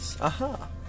Aha